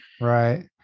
right